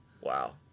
Wow